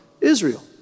Israel